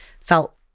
felt